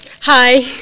Hi